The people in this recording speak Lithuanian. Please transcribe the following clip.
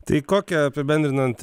tai kokią apibendrinant